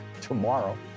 tomorrow